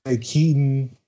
Keaton